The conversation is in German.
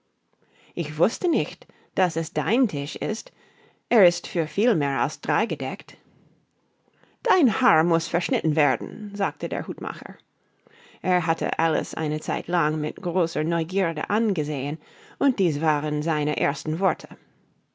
ich wußte nicht das es dein tisch ist er ist für viel mehr als drei gedeckt dein haar muß verschnitten werden sagte der hutmacher er hatte alice eine zeit lang mit großer neugierde angesehen und dies waren seine ersten worte